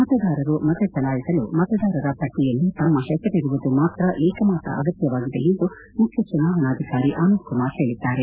ಮತದಾರರು ಮತಚಲಾಯಿಸಲು ಮತದಾರರ ಪಟ್ಲಯಲ್ಲಿ ತಮ್ಮ ಹೆಸರಿರುವುದು ಮಾತ್ರ ಏಕಮಾತ್ರ ಅಗತ್ಯವಾಗಿದೆ ಎಂದು ಮುಖ್ಯ ಚುನಾವಣಾಧಿಕಾರಿ ಆನಂದಕುಮಾರ್ ಹೇಳಿದ್ದಾರೆ